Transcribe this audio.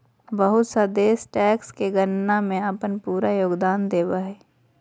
बहुत सा देश टैक्स के गणना में अपन पूरा योगदान देब हइ